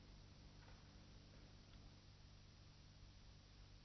Tack för ordet.